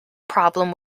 problem